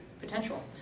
potential